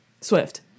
Swift